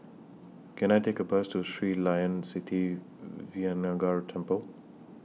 Can I Take A Bus to Sri Layan Sithi Vinayagar Temple